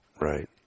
right